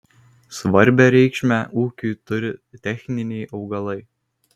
svarbią reikšmę ūkiui turi techniniai augalai